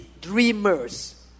dreamers